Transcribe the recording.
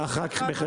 אדוני,